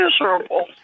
miserable